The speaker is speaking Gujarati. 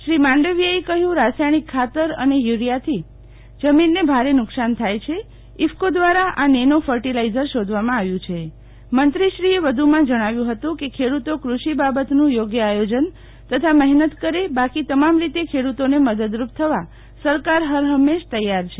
શ્રી માંડવિદ્યાએ કહ્યું રસાયણિક ખાતર એને યુરીથાથી જમીન ને ભારે નુકસાન થાય છે ઇફકો દ્વારા આ નેનો ફર્ટીલાઈઝર શોધવામાં આવ્યું છે મંત્રીશ્રી એ વધુમાં જણાવ્યું હતું કે ખેડૂતી કૃષિ બાબતનું યોગ્ય આયોજન તથા મહેનત કરે બાંકી તમામ રીતે ખેડૂતોને મદદરૂપ થવા સરકાર હર હંમેશ તૈયાર છે